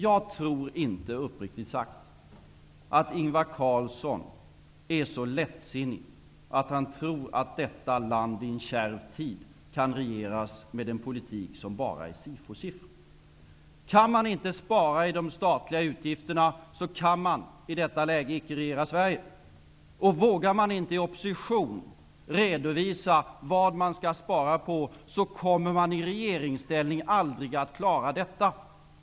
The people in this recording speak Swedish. Jag tror uppriktigt sagt inte att Ingvar Carlsson är så lättsinnig att han tror att detta land i en kärv tid kan regeras med en politik som bara visar sig i Sifo-siffror. Om man inte kan spara i de statliga utgifterna, kan man i detta läge icke regera Sverige. Om man inte i opposition vågar redovisa vad man skall spara på, kommer man aldrig att klara det i regeringsställning.